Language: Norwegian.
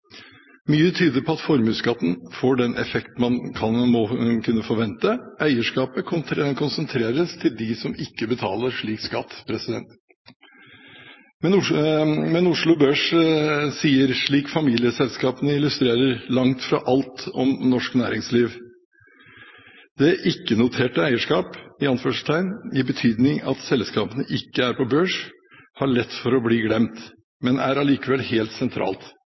Mye tyder på at formuesskatten får den effekt man kunne forvente. Eierskapet konsentreres til dem som ikke betaler slik skatt. Men Oslo Børs sier, slik familieselskapene illustrerer, langt fra alt om norsk næringsliv. Det ikke-noterte eierskap, i den betydning at selskapene ikke er på børs, har lett for å bli glemt, men er allikevel helt sentralt.